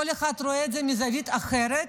כל אחד רואה את זה מזווית אחרת,